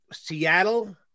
Seattle